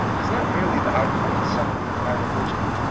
it is not merely the out come and summary of my religion,